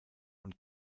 und